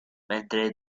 mentre